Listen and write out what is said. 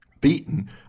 beaten